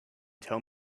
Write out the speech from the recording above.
tell